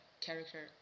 character